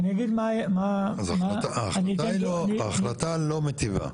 אז ההחלטה לא מטיבה.